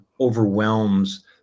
overwhelms